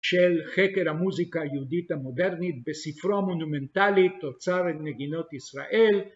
של חקר המוזיקה היהודית המודרנית בספרו מונומנטלי תוצר נגינות ישראל